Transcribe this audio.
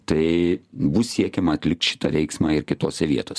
tai bus siekiama atlikt šitą veiksmą ir kitose vietos